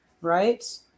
right